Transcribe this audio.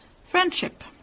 Friendship